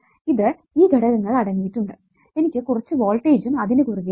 ഇത് ഈ ഘടകങ്ങൾ അടങ്ങിയിട്ടുണ്ട് എനിക്ക് കുറച്ചു വോൾട്ടെജ്ജും അതിനു കുറുകെ ഉണ്ട്